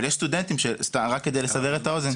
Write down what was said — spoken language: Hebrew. אבל יש סטודנטים שרק כדי לסבר את האוזן,